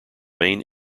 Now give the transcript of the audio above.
main